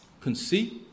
Conceit